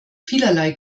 vielerlei